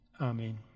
Amen